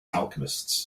alchemists